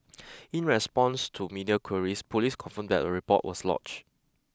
in response to media queries police confirmed that a report was lodge